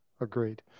agreed